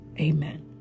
Amen